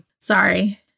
Sorry